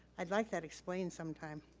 i'd like that explained sometime.